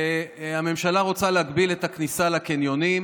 שהממשלה רוצה להגביל את הכניסה לקניונים